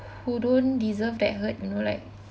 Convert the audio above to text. who don't deserve that hurt you know like